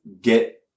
get